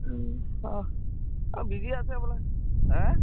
অঁ অঁ বিজি আছে বোলে হে